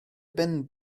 ben